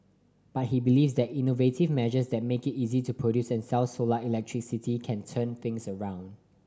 but he believes that innovative measures that make it easy to produce and sell solar electricity can turn things around